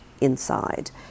inside